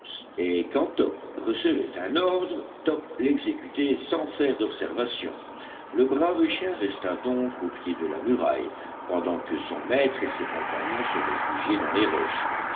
et quand top recevait un ordre top l'exécutait sans faire d'observation le brave chien resta donc au pied de la muraille pendant que son maître et ses compagnons se réfugiaient dans les roches